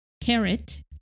carrot